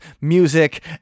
music